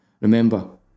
Remember